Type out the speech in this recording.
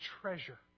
treasure